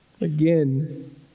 Again